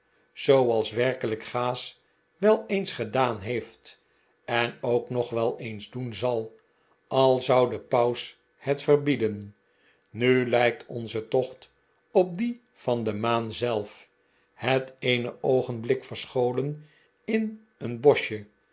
zooals werkelijk gaas wel eens gedaan heeft en ook nog wel eens doen zal al zou de paus het verbieden nu lijkt onze tocht op dien van de maan zelf het eene oogenblik verscholen in een boschje